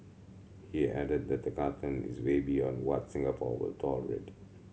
he added that the cartoon is way beyond what Singapore will tolerate